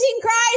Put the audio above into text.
Christ